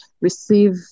receive